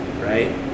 right